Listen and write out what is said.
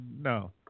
no